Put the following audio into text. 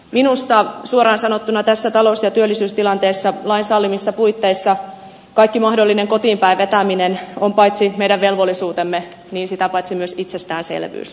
minusta suoraan sanottuna tässä talous ja työllisyystilanteessa lain sallimissa puitteissa kaikki mahdollinen kotiin päin vetäminen on paitsi meidän velvollisuutemme sitä paitsi myös itsestäänselvyys